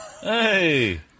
Hey